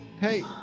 Hey